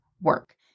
work